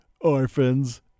Orphans